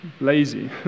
lazy